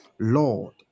Lord